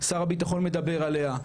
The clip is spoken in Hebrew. שר הביטחון מדבר עליה,